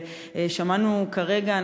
ושמענו כרגע,